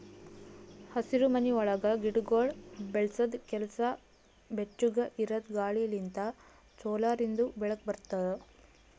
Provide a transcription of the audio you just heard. ಹಸಿರುಮನಿ ಒಳಗ್ ಗಿಡಗೊಳ್ ಬೆಳಸದ್ ಕೆಲಸ ಬೆಚ್ಚುಗ್ ಇರದ್ ಗಾಳಿ ಲಿಂತ್ ಸೋಲಾರಿಂದು ಬೆಳಕ ಬರ್ತುದ